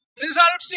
results